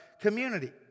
community